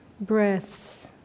breaths